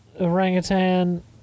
Orangutan